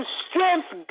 strength